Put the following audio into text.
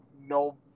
no